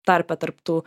tarpe tarp tų